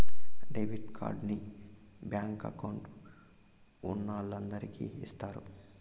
debit కార్డుని bank account ఉన్నోలందరికి ఇత్తారు